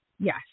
Yes